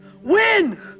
win